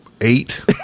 eight